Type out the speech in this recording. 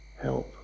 help